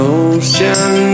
ocean